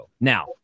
Now